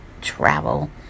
travel